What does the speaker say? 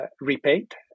repaid